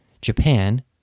Japan